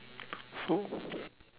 so